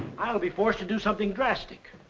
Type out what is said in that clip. i'll be forced to do something drastic.